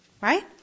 Right